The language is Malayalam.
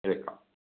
കേൾക്കാം